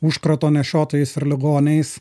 užkrato nešiotojais ir ligoniais